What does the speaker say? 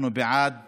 אנחנו בעד